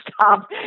stop